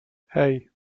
hey